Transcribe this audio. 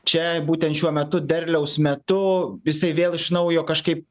čia būtent šiuo metu derliaus metu jisai vėl iš naujo kažkai